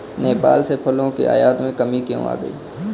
नेपाल से फलों के आयात में कमी क्यों आ गई?